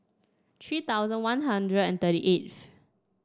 three thousand One Hundred and thirty eighth